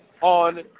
on